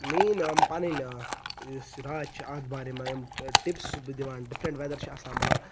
میٲنۍ یِم پَنٕنۍ یُس راے چھِ اَتھ بارے منٛز ٹِپٕس چھُس بہٕ دِوان ڈِفرنٹ ویدر چھُ آسان مطلب